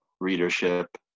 readership